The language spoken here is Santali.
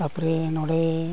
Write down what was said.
ᱛᱟᱨᱯᱚᱨᱮ ᱱᱚᱰᱮ